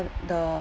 the